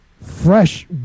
Fresh